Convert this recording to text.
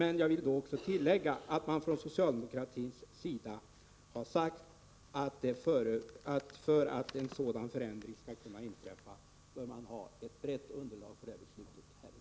Men jag vill tillägga att man från socialdemokratins sida har sagt att för att en sådan förändring skall kunna komma till stånd bör man ha ett brett underlag för det beslutet här i riksdagen.